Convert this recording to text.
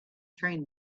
train